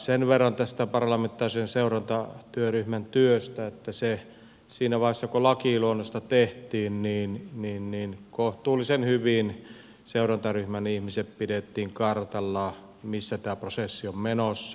sen verran tästä parlamentaarisen seurantatyöryhmän työstä että siinä vaiheessa kun lakiluonnosta tehtiin niin kohtuullisen hyvin seurantaryhmän ihmiset pidettiin kartalla missä tämä prosessi on menossa